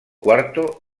cuarto